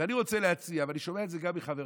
ואני רוצה להציע, ואני שומע את זה גם מחבריי